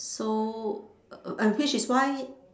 so uh which is why